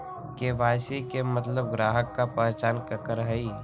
KYC के मतलब ग्राहक का पहचान करहई?